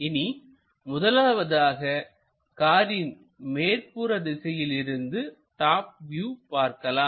இனி முதலாவதாக காரின் மேற்புற திசையிலிருந்து டாப் வியூ பார்க்கலாம்